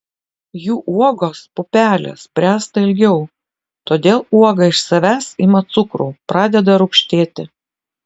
jų uogos pupelės bręsta ilgiau todėl uoga iš savęs ima cukrų pradeda rūgštėti